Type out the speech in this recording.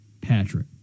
Patrick